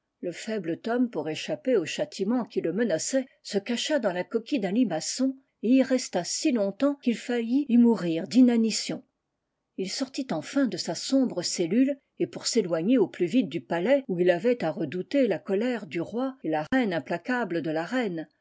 le faible tom pour échapper au châtiment qui le menaçait se cacha dans la coquille d'un limaçon et y resta si longtemps qu'il faillit y mourir dinanilion il sortit cnlin de sa sombre cellule et pour s'éloigner au plus vite du palais où il avait à redouter la colère du roi et la haine implacable de la reine